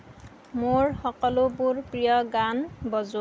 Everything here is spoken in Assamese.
মোৰ সকলোবোৰ প্ৰিয় গান বজোৱা